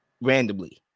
randomly